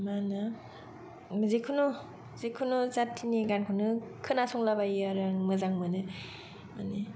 मा होनो जेखुनु जेखुनु जातिनि गानखौनो खोनासंलाबायो आङो मोजां माने